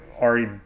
already